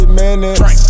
minutes